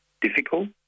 difficult